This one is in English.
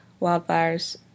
wildfires